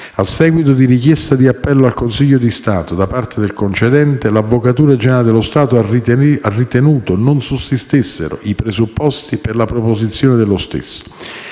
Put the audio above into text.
A seguito di richiesta di appello al Consiglio di Stato da parte del concedente, l'Avvocatura generale dello Stato ha ritenuto che non sussistessero i presupposti per la proposizione dello stesso.